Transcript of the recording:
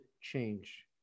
change